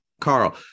Carl